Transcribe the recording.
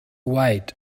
wait